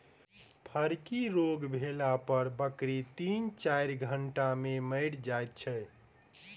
फड़की रोग भेला पर बकरी तीन चाइर घंटा मे मरि जाइत छै